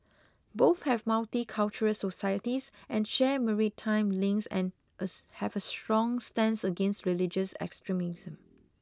both have multicultural societies and share maritime links and as have a strong stance against religious extremism